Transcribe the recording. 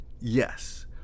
Yes